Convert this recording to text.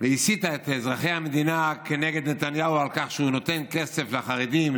והסיתה את אזרחי המדינה כנגד נתניהו על כך שהוא נותן כסף לחרדים,